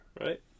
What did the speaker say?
right